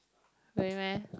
really meh